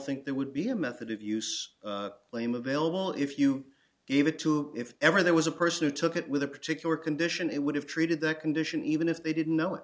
think there would be a method of use lame available if you gave it to if ever there was a person who took it with a particular condition it would have treated that condition even if they didn't know